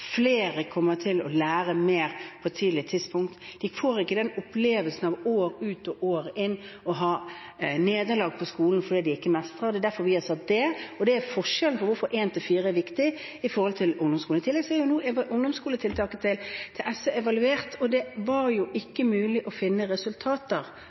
flere kommer til å lære mer på et tidlig tidspunkt, og de får ikke opplevelsen av år ut og år inn å oppleve nederlag på skolen fordi de ikke mestrer ting. Det er derfor vi har tatt opp dette, og det er derfor 1.–4. trinn er viktig i forhold til ungdomsskolen. I tillegg er nå ungdomsskoletiltaket til SV evaluert, og det var